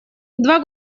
два